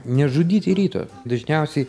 nežudyti ryto dažniausiai